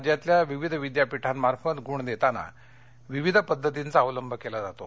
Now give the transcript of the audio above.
राज्यातल्या विविध विद्यापीठांमार्फत गुण देताना वेगवेगळ्या पद्धतींचा अवलंब केला जातो